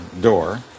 door